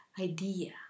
idea